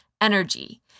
energy